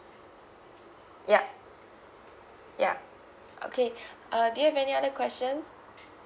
ya ya okay uh do you have any other questions